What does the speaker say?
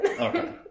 Okay